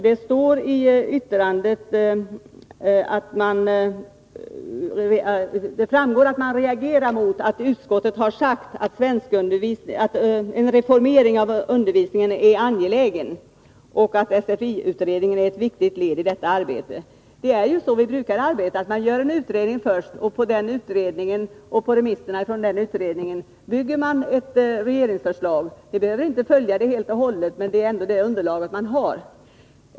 Det framgår av det särskilda yttrandet att man reagerar mot att utskottet har sagt att en reformering av undervisningen är angelägen och att SFI-utredningen är ett viktigt led i detta arbete. Det är ju så vi brukar arbeta — man gör först en utredning, och på den utredningen och på remissvaren till den utredningen bygger man ett regeringsförslag. Det behöver inte följas helt och hållet, men detta är ändå det underlag man har.